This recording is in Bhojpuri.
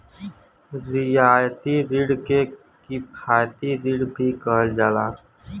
रियायती रिण के किफायती रिण भी कहल जाला